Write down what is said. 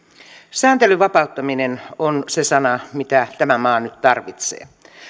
sääntelyn vapauttaminen on se sana mitä tämä maa nyt tarvitsee